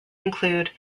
include